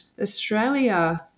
Australia